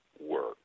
work